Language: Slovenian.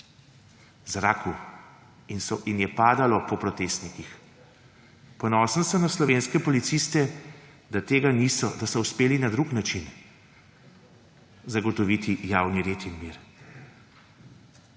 zraku in je padalo po protestnikih. Ponosen sem na slovenske policiste, da so uspeli na drug način zagotoviti javni red in mir.